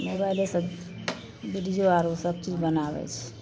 मोबाइलेसँ लेडिजो आरो सभ चीज बनाबय छै